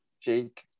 Jake